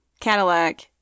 Cadillac